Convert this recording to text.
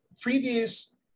previous